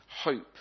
hope